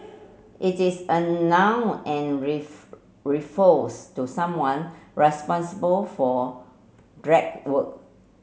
it is a noun and refers to someone responsible for work